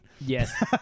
Yes